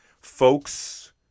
Folks